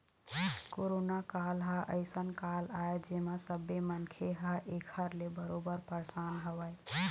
corona काल ह अइसन काल आय जेमा सब्बे मनखे ह ऐखर ले बरोबर परसान हवय